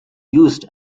used